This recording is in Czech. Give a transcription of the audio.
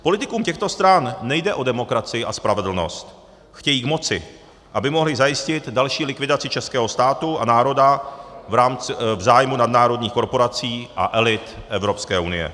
Politikům těchto stran nejde o demokracii a spravedlnost, chtějí k moci, aby mohli zajistit další likvidaci českého státu a národa v zájmu nadnárodních korporací a elit EU.